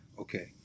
okay